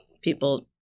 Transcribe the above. people